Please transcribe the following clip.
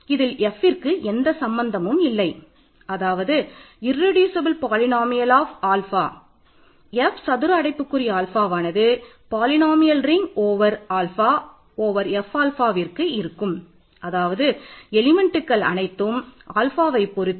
இதிலுள்ள bm bm 1 b1 b0 ஆகியவை அனைத்தும் Fல் இருக்கும்